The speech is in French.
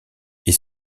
est